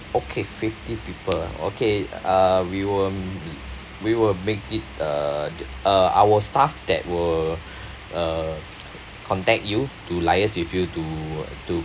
okay fifty people okay uh we will we will make it uh the uh our staff that will uh contact you to liase with you to to